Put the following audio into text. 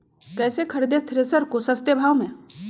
कैसे खरीदे थ्रेसर को सस्ते भाव में?